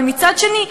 אבל מצד שני,